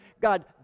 God